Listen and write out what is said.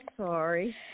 sorry